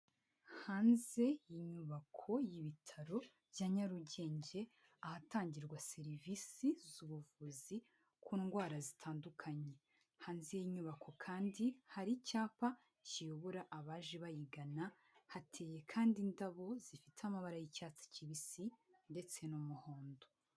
Hanze y'inyubako z'ibitaro y'ibitaro bya Nyarugenge, ahatangirwa serivisi z'ubuvuz kundwara zitandukanye. hanze y'inyubako kandi hari icyapa cyiyobora abaje bayogana, hateye kandi indabo zifite amabara y'icyatsi kibisi, ndetse n'umuhondo.